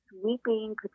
sweeping